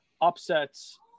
upsets –